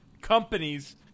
companies